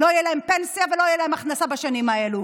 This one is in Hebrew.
לא תהיה להן פנסיה ולא תהיה להן הכנסה בשנים האלו.